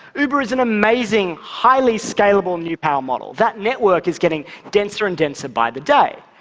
uber is an amazing, highly scalable new power model. that network is getting denser and denser by the day.